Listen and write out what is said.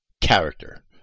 character